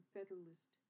Federalist